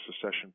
secession